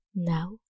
now